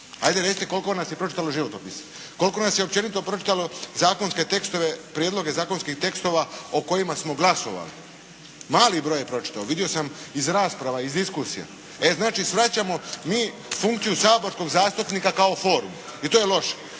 Ajde recite koliko nas je pročitalo životopise, koliko nas je općenito pročitalo zakonske tekstove, prijedloge zakonskih tekstova o kojima smo glasovali. Mali broj je pročitao, vidio sam iz rasprava, iz diskusija. Znači, shvaćamo mi funkciju saborskog zastupnika kao formu i to je loše.